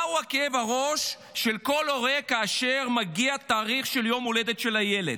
מהו כאב הראש של כל הורה כאשר מגיע תאריך יום ההולדת של הילד?